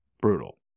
Brutal